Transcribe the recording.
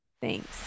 Thanks